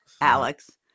Alex